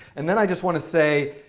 and then i just want to say,